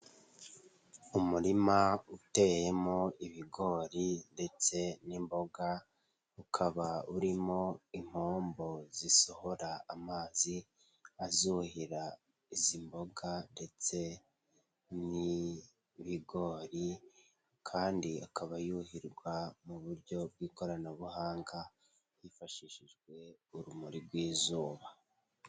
Umurima uteyemo ibigori ndetse n'imboga ukaba urimo impombo zisohora amazi azuhira izi mboga ndetse n'ibigori kandi akaba yuhirwa mu buryo bw'ikoranabuhanga hifashishijwe urumuri rw'izuba.